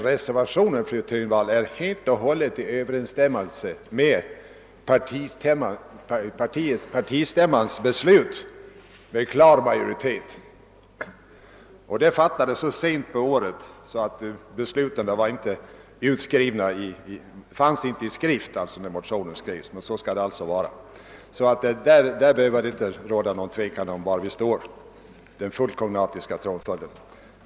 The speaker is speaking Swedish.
Reservationen står emellertid, fru Thunvall, helt i överensstämmelse med det beslut som med klar majoritet fattades av partistämman. Detta beslut fattades så sent på året att det inte förelåg i skrift när motionen utarbetades. Det behöver alltså inte råda någon tvekan om var vi står i frågan om den fullt kognatiska tronföljden.